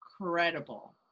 Incredible